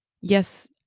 yes